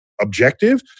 objective